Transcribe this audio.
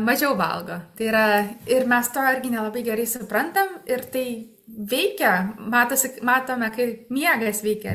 mažiau valgo tai yra ir mes to irgi nelabai gerai suprantam ir tai veikia matosi matome kaip miegas veikia